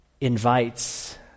invites